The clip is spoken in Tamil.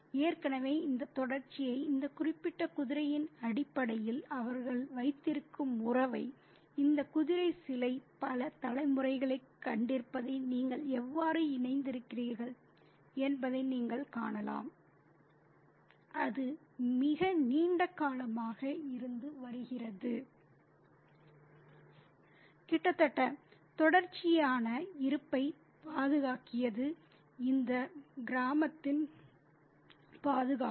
எனவே இந்த தொடர்ச்சியை இந்த குறிப்பிட்ட குதிரையின் அடிப்படையில் அவர்கள் வைத்திருக்கும் உறவை இந்த குதிரை சிலை பல தலைமுறைகளைக் கண்டிருப்பதை நீங்கள் எவ்வாறு இணைக்கிறீர்கள் என்பதை நீங்கள் காணலாம் அது மிக நீண்ட காலமாக இருந்து வருகிறது கிட்டத்தட்ட தொடர்ச்சியான இருப்பைப் பாதுகாக்கிறது இந்த கிராமத்தை பாதுகாக்கும்